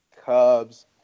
Cubs